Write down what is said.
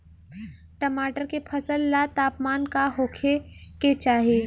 टमाटर के फसल ला तापमान का होखे के चाही?